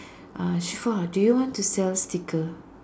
uh Shifa do you want to sell sticker